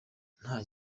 nta